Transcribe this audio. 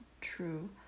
true